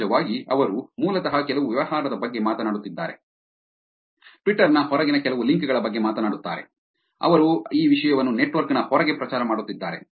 ಸಹಜವಾಗಿ ಅವರು ಮೂಲತಃ ಕೆಲವು ವ್ಯವಹಾರದ ಬಗ್ಗೆ ಮಾತನಾಡುತ್ತಿದ್ದಾರೆ ಟ್ವಿಟರ್ ನ ಹೊರಗಿನ ಕೆಲವು ಲಿಂಕ್ ಗಳ ಬಗ್ಗೆ ಮಾತನಾಡುತ್ತಾರೆ ಅವರು ಈ ವಿಷಯವನ್ನು ನೆಟ್ವರ್ಕ್ ನ ಹೊರಗೆ ಪ್ರಚಾರ ಮಾಡುತ್ತಿದ್ದಾರೆ